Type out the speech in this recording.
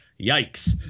yikes